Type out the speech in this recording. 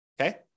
okay